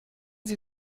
sie